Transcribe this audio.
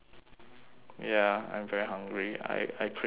ya I'm very hungry I I crave for bubble tea